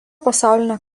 pasaulinio